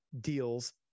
deals